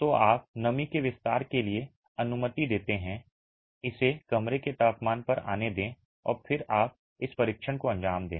तो आप नमी के विस्तार के लिए अनुमति देते हैं इसे कमरे के तापमान पर आने दें और फिर आप इस परीक्षण को अंजाम दें